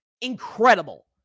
incredible